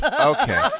Okay